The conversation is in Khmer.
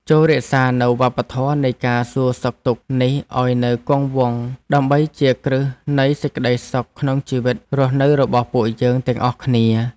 ចូររក្សានូវវប្បធម៌នៃការសួរសុខទុក្ខនេះឱ្យនៅគង់វង្សដើម្បីជាគ្រឹះនៃសេចក្តីសុខក្នុងជីវិតរស់នៅរបស់ពួកយើងទាំងអស់គ្នា។